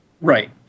Right